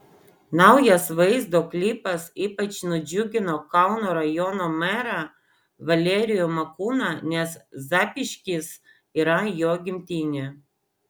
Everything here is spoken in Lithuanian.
naujas vaizdo klipas ypač nudžiugino kauno rajono merą valerijų makūną nes zapyškis yra jo gimtinė